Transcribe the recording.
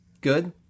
Good